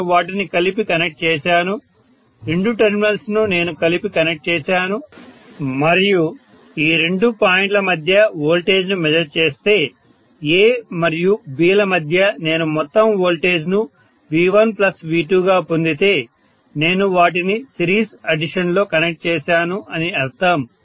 నేను వాటిని కలిపి కనెక్ట్ చేసాను రెండు టెర్మినల్స్ ను నేను కలిపి కనెక్ట్ చేశాను మరియు ఈ రెండు పాయింట్ల మధ్య వోల్టేజ్ను మెజర్ చేస్తే A మరియు B ల మధ్య నేను మొత్తం వోల్టేజ్ను V1V2 గా పొందితే నేను వాటిని సిరీస్ ఆడిషన్లో కనెక్ట్ చేసాను అని అర్థం